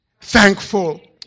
thankful